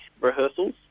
rehearsals